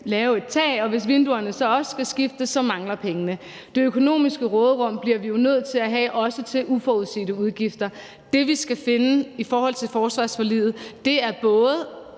lave et tag, og hvis vinduerne så også skal skiftes, mangler pengene. Det økonomiske råderum bliver vi jo nødt til at have til også uforudsete udgifter. Det, vi skal finde i forhold til forsvarsforliget, er både